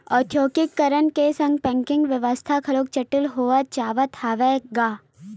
औद्योगीकरन के संग बेंकिग बेवस्था घलोक जटिल होवत जावत हवय गा